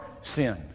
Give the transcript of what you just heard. sin